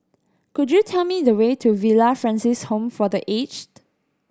could you tell me the way to Villa Francis Home for The Aged